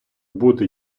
бути